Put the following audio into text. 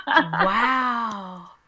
Wow